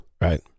Right